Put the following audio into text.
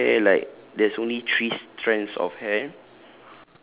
and his hair like there's only three strands of hair